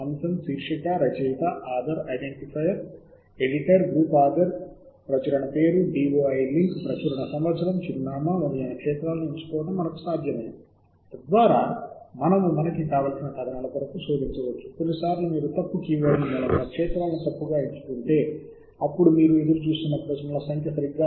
engineering అంశాన్ని ఉదాహరణకు వైద్యసంబందిత ప్రాంతంలో శోధించాల్సిన అవసరం లేదు మరియు దీనికి విరుద్ధంగా